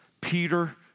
Peter